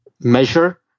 measure